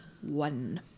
one